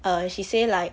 err she say like